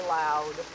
loud